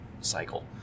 cycle